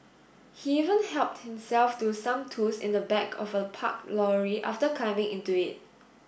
he even helped himself to some tools in the back of a parked lorry after climbing into it